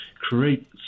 create